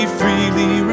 freely